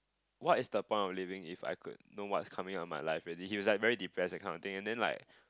what is the point of living if I could know what's coming out my life already he was like very depressed that kind of thing then like